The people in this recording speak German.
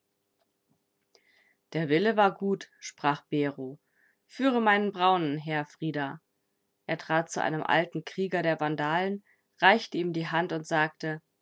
der wille war gut sprach bero führe meinen braunen her frida er trat zu einem alten krieger der vandalen reichte ihm die hand und sagte